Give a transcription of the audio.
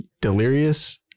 Delirious